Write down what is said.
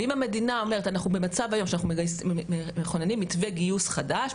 ואם המדינה אומרת אנחנו במצב היום שאנחנו מכוננים מתווה גיוס חדש,